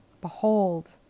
Behold